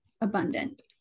abundant